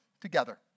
together